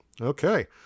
okay